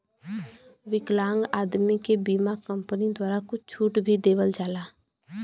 विकलांग आदमी के बीमा कम्पनी द्वारा कुछ छूट भी देवल जाला